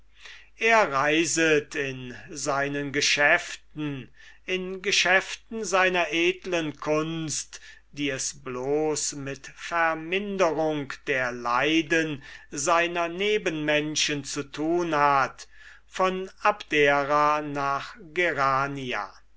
er reiset in seinen geschäften in geschäften seiner edeln kunst die es bloß mit vermindrung der leiden seiner nebenmenschen zu tun hat von abdera nach